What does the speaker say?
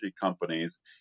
companies